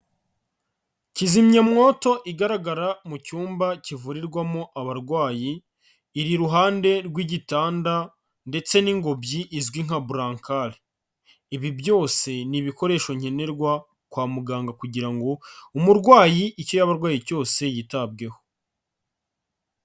Kizimyamwoto igaragara mu cyumba kivurirwamo abarwayi, iri iruhande rw'igitanda ndetse n'ingobyi izwi nka burankari. Ibi byose ni ibikoresho nkenerwa kwa muganga kugira ngo umurwayi icyo yaba arwayi cyose yitabweho.